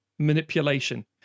Manipulation